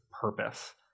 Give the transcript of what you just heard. purpose